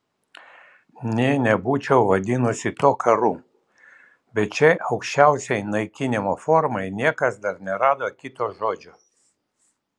nė nebūčiau vadinusi to karu bet šiai aukščiausiai naikinimo formai niekas dar nerado kito žodžio